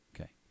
Okay